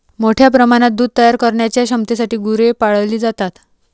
मोठ्या प्रमाणात दूध तयार करण्याच्या क्षमतेसाठी गुरे पाळली जातात